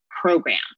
program